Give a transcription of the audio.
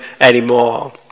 anymore